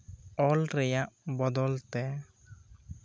ᱚᱞ ᱨᱮᱭᱟᱜ ᱵᱚᱫᱚᱞ ᱛᱮ